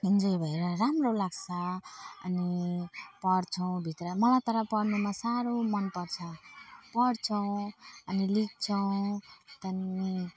enjoy भएर राम्रो लाग्छ अनि पढ्छौँ भित्र मलाई तर पढ्नुमा साह्रो मनपर्छ पढ्छौँ अनि लेख्छौँ त अनि